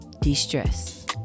De-stress